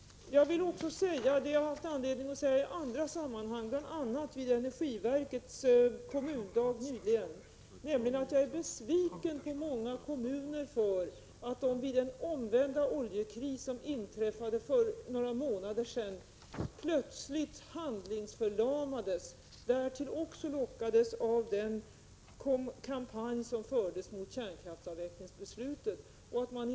Jag vill också säga vad jag har haft anledning att framhålla i andra 105 sammanhang, bl.a. vid energiverkets kommundag nyligen, nämligen att jag är besviken på många kommuner för att de vid den omvända oljekris som inträffade för några månader sedan plötsligt handlingsförlamades, därtill också lockades av den kampanj som fördes mot beslutet om kärnkraftsavveckling.